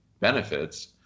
Benefits